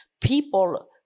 people